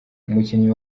umukinnyi